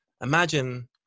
imagine